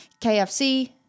KFC